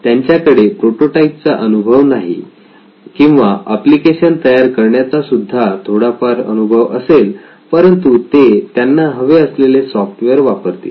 त्यांच्याकडे प्रोटोटाईप चा अनुभव नाही किंवा एप्लिकेशन तयार करण्याचा सुद्धा थोडाफार अनुभव असेल परंतु ते त्यांना हवे असलेले सॉफ्टवेअर वापरतील